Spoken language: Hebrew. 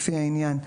לפי העניין,